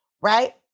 Right